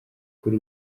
kuri